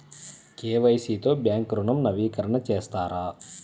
KYC తో bank ఋణం నవీకరణ చేస్తారా?